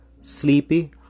sleepy